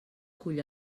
cull